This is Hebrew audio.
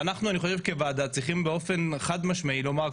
אנחנו כוועדה צריכים באופן חד משמעי לומר,